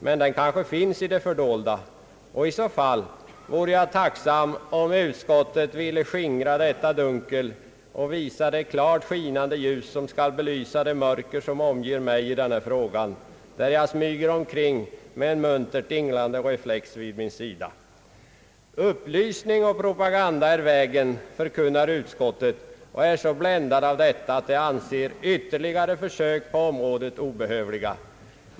Men den kanske finns i det fördolda, och i så fall vore jag tacksam om utskottet vill skingra detta dunkel och visa det klart skinande ljus, som skall belysa det mörker som omger mig i den här frågan, där jag smyger omkring med en muntert dinglande reflex vid min sida. Upplysning och propaganda är vägen, förkunnar utskottet, och är så bländad av detta, att det anser ytterligare försök på området obehövliga.